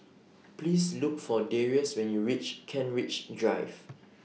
Please Look For Darrius when YOU REACH Kent Ridge Drive